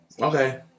Okay